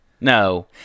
No